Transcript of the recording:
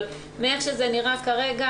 אבל איך שזה נראה כרגע,